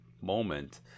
moment